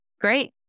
Great